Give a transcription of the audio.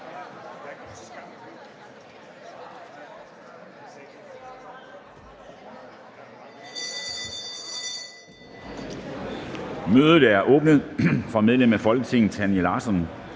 Mødet er åbnet. Fra medlem af Folketinget Tanja Larsson